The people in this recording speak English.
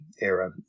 era